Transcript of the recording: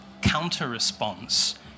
counter-response